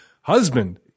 husband